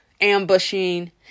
ambushing